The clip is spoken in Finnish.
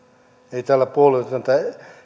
ei täällä puolueetonta